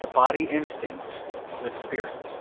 the body instinct with spirit.